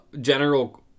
general